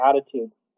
attitudes